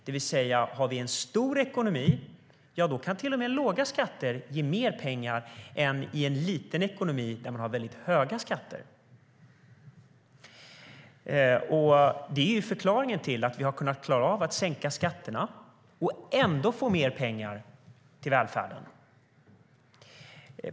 Det betyder att om vi har en stor ekonomi kan låga skatter till och med ge mer pengar än en liten ekonomi med väldigt höga skatter. Det är förklaringen till att vi kunnat sänka skatterna och ändå få mer pengar till välfärden.